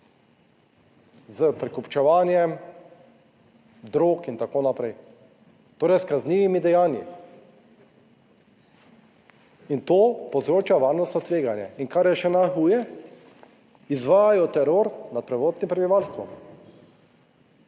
S prekupčevanjem drog in tako naprej, torej s kaznivimi dejanji. In to povzroča varnostno tveganje. In kar je še najhuje, izvajajo teror nad prvotnim prebivalstvom.